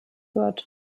wird